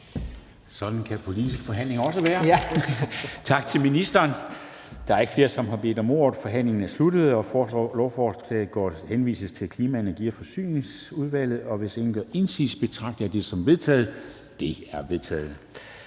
Sådan kan politiske forhandlinger også være. Tak til ministeren. Der er ikke flere, som har bedt om ordet, så forhandlingen er sluttet. Jeg foreslår, at lovforslaget henvises til Klima-, Energi- og Forsyningsudvalget. Hvis ingen gør indsigelse, betragter jeg dette som vedtaget. Det er vedtaget.